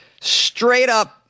straight-up